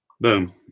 Boom